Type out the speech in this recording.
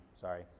sorry